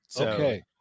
Okay